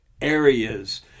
areas